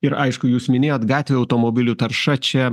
ir aišku jūs minėjot gatvių automobilių tarša čia